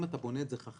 אם אתה בונה את זה חכם,